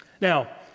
Now